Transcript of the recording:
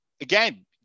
again